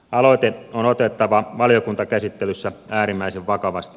aloite on otettava valiokuntakäsittelyssä äärimmäisen vakavasti